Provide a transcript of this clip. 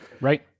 right